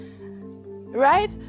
Right